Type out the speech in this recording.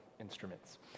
instruments